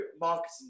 marketing